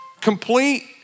complete